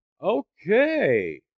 Okay